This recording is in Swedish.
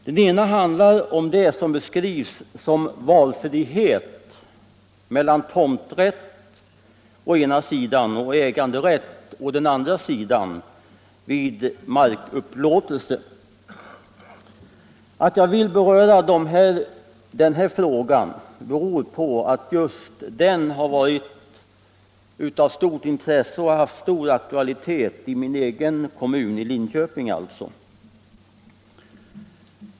Den ena handlar om det som beskrivs som valfrihet mellan å ena sidan tomträtt och å andra sidan äganderätt vid markupplåtelse. Att jag vill beröra den här frågan beror på att just den har varit av stort intresse och haft hög aktualitet i min egen kommun Linköping.